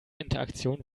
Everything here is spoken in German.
interaktion